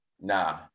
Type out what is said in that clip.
nah